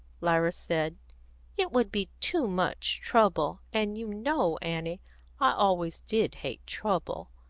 lyra said it would be too much trouble, and you know, annie, i always did hate trouble.